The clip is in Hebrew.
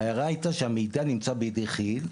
ההערה הייתה שהמידע נמצא בידי כיל,